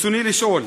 רצוני לשאול: